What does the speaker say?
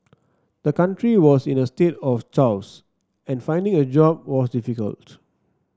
the country was in a state of chaos and finding a job was difficult